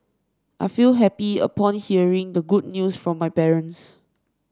I felt happy upon hearing the good news from my parents